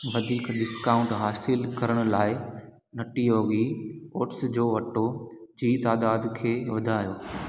वधीक डिस्काउंट हासिलु करण लाइ नटी योगी ओट्स जो अटो जी तादादु खे वधायो